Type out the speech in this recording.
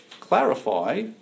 clarify